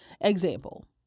example